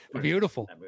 beautiful